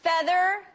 feather